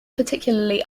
particularly